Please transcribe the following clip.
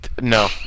No